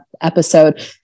episode